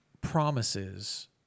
promises